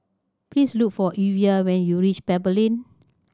please look for Evia when you reach Pebble Lane